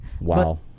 Wow